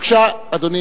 בבקשה, אדוני.